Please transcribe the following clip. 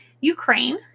Ukraine